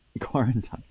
quarantine